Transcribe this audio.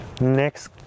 next